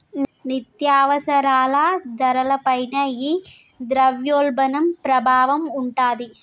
నిత్యావసరాల ధరల పైన ఈ ద్రవ్యోల్బణం ప్రభావం ఉంటాది